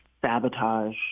sabotage